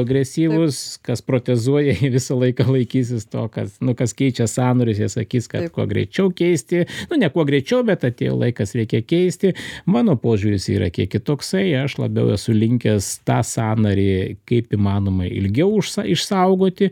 agresyvūs kas protezuoja visą laiką laikysis to kas nu kas keičia sąnarius jie sakys kad kuo greičiau keisti nu ne kuo greičiau bet atėjo laikas reikia keisti mano požiūris yra kiek kitoksai aš labiau esu linkęs tą sąnarį kaip įmanoma ilgiau išsaugoti